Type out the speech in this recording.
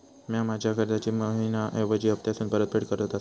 म्या माझ्या कर्जाची मैहिना ऐवजी हप्तासून परतफेड करत आसा